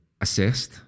assessed